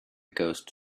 ghost